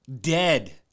dead